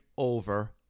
Over